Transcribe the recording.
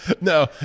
No